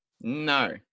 No